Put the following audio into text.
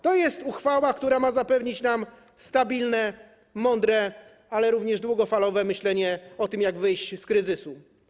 To jest uchwała, która ma zapewnić nam stabilne, mądre, ale również długofalowe myślenie o tym, jak wyjść z kryzysu.